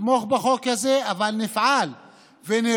נתמוך בחוק הזה, אבל נפעל ונרצה